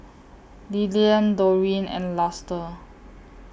Lillian Dorene and Luster